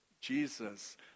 Jesus